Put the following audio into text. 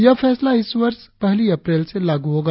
यह फैसला इस वर्ष पहली अप्रैल से लागू होगा